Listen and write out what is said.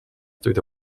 through